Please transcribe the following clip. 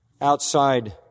outside